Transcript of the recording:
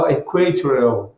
equatorial